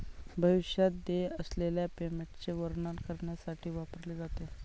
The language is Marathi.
भविष्यात देय असलेल्या पेमेंटचे वर्णन करण्यासाठी वापरले जाते